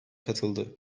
katıldı